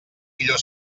millor